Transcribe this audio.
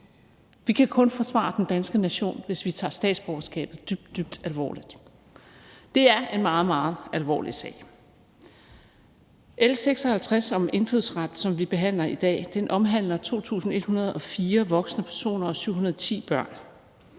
Vi kan kun forsvare den danske nation, hvis vi tager statsborgerskabet dybt, dybt alvorligt. Det er en meget, meget alvorlig sag. L 56 om indfødsret, som vi behandler i dag, omhandler 2.104 voksne personer og 710 børn.